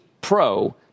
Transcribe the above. Pro